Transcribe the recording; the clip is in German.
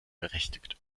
berechtigt